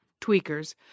Tweakers